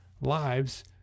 lives